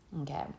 Okay